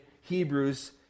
Hebrews